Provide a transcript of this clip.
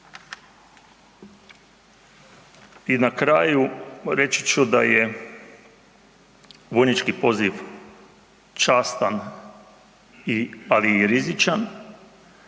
I na kraju, reći ću da je vojnički poziv častan ali i rizičan,